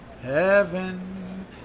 Heaven